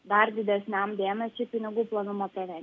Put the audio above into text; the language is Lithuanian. dar didesniam dėmesiui pinigų plovimo preven